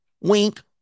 Wink